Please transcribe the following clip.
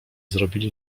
zrobili